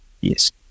yes